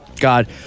God